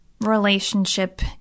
relationship